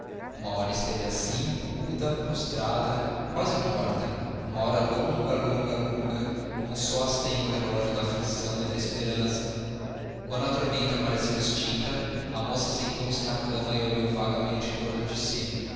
uma hora esteve assim muda prostrada quase morta uma hora longa longa longa como as tem o relógio da aflição e da esperança quando a tormenta pareceu extinta a moça sentou-se na cama e olhou vagamente em torno de si